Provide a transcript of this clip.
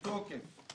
הולכים לבקש תמיכה,